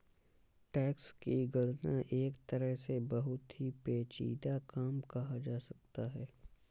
tax की गणना एक तरह से बहुत ही पेचीदा काम कहा जा सकता है